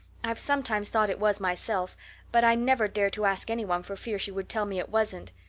i've sometimes thought it was myself but i never dared to ask anyone for fear she would tell me it wasn't.